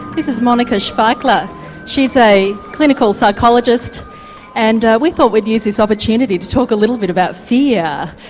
this is monica schweickle, ah she's a clinical psychologist and we thought we'd use this opportunity to talk a little bit about fear.